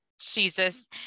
Jesus